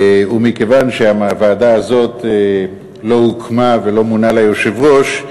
מכיוון שהוועדה הזאת לא הוקמה ולא מונה לה יושב-ראש,